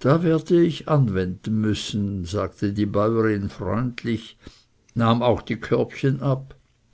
da werde ich anwenden müssen sagte die bäurin freundlich nahm auch die körbchen ab